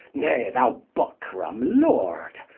nay thou buckram lord,